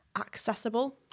accessible